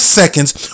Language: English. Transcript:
seconds